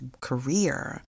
career